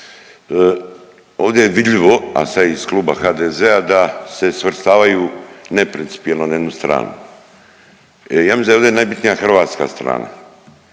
Ovdje je vidljivo, a sada iz Kluba HDZ-a da se svrstavaju neprincipijelno na jednu stranu. Ja mislim da je ovdje najbitnija hrvatska strana.